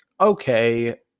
okay